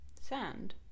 sand